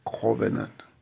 covenant